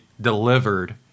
delivered